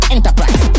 Enterprise